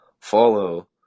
follow